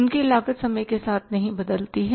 उनकी लागत समय के साथ नहीं बदलती है